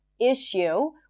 issue